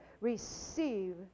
Receive